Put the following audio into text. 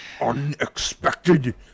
Unexpected